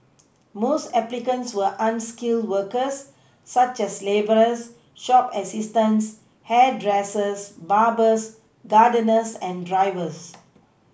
most applicants were unskilled workers such as labourers shop assistants hairdressers barbers gardeners and drivers